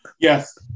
Yes